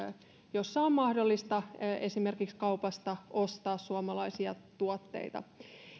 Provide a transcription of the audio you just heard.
jossa on mahdollista esimerkiksi kaupasta ostaa suomalaisia tuotteita